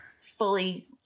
fully